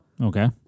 Okay